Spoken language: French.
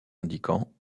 indiquant